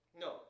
no